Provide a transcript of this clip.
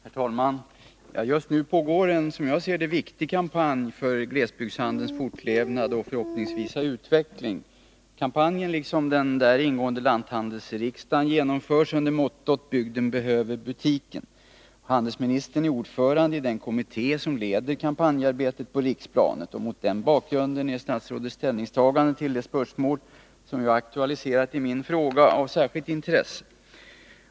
Herr talman! Just nu pågår en som jag ser det viktig kampanj för glesbygdshandelns fortlevnad och, förhoppningsvis, utveckling. Kampanjen, liksom den däri ingående lanthandelsriksdagen, genomförs under mottot Bygden behöver butiken. Handelsministern är ordförande i den kommitté som leder kampanjarbetet på riksplanet. Mot den bakgrunden är statsrådets ställningstagande till det spörsmål som jag aktualiserat i min fråga av särskilt intresse.